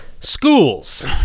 schools